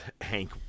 Hank